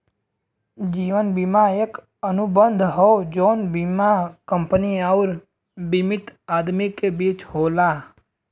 जीवन बीमा एक अनुबंध हौ जौन बीमा कंपनी आउर बीमित आदमी के बीच होला